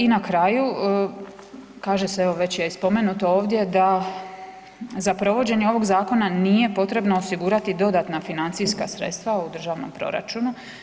I na kraju, kaže se, evo već je i spomenuto ovdje da za provođenje ovog zakona nije potrebno osigurati dodatna financijska sredstva u državnom proračunu.